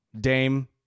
Dame